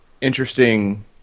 interesting